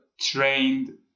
trained